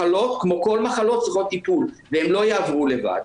מחלות כמו כל מחלות צריכות טיפול והן לא יעברו לבד.